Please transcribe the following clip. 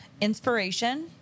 inspiration